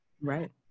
Right